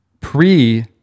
pre